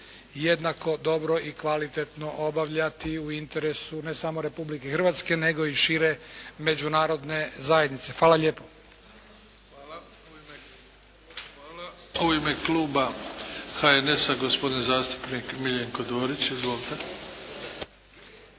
jednako dobro i kvalitetno obavljati u interesu ne samo Republike Hrvatske nego i šire Međunarodne zajednice. Hvala lijepo. **Bebić, Luka (HDZ)** Hvala. U ime kluba HNS-a gospodin zastupnik Miljenko Dorić. Izvolite.